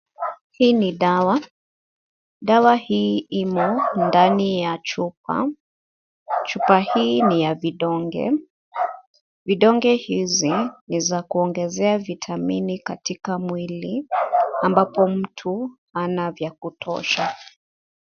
Hii ni dawa. Dawa hii ime ndani ya chupa. Chupa hii ni ya vidonge. Vidonge hizi ni za kuongezea vitamini katika mwili ambapo mtu hana vya kutosha.